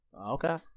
Okay